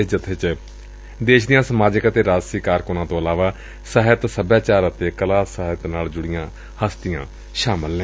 ਇਸ ਜਥੇ ਵਿਚ ਦੇਸ਼ ਦੀਆਂ ਸਮਾਜਿਕ ਅਤੇ ਰਾਜਸੀ ਕਾਰਕੁੰਨਾ ਤੋਂ ਇਲਾਵਾ ਸਾਹਿਤ ਸਭਿਆਚਾਰ ਅਤੇ ਕਲਾ ਨਾਲ ਜੁੜੀਆਂ ਹਸਤੀਆਂ ਸ਼ਾਮਲ ਨੇ